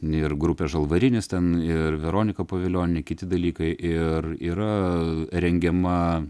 ir grupė žalvarinis ten ir veronika povilionienė kiti dalykai ir yra rengiama